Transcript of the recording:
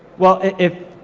well it,